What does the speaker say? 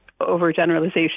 overgeneralization